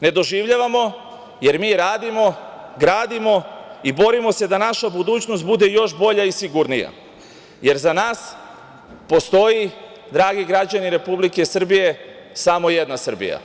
Ne doživljavamo, jer mi radimo, gradimo i borimo se da naša budućnost još bolja i sigurnija, jer za nas postoji, dragi građani Republike Srbije, samo jedna Srbija.